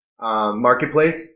marketplace